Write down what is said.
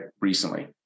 recently